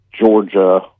Georgia